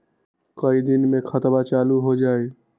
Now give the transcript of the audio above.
कई दिन मे खतबा चालु हो जाई?